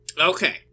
Okay